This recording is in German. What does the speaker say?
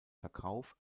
verkauf